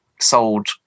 Sold